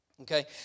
Okay